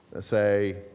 say